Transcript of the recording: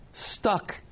Stuck